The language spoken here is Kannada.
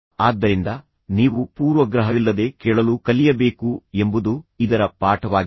ಆದ್ದರಿಂದ ನೀವು ಪೂರ್ವಗ್ರಹವಿಲ್ಲದೆ ಕೇಳಲು ಕಲಿಯಬೇಕು ಎಂಬುದು ಇದರ ಪಾಠವಾಗಿದೆ